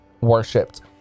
worshipped